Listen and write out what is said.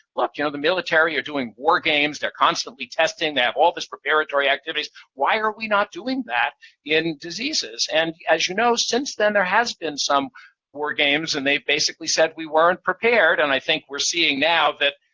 look, you know the military are doing war games, they're constantly testing, they have all this preparatory activities. why are we not doing that in diseases? and, as you know, since then, there has been some war games, and they've basically said we weren't prepared, and i think we're seeing now that,